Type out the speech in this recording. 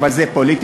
אבל זו פוליטיקה.